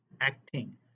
acting